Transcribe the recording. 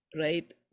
right